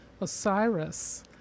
Osiris